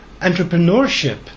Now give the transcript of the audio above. entrepreneurship